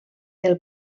del